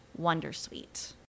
Wondersuite